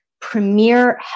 premier